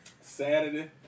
Saturday